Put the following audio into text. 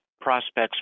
prospects